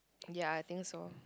ya I think so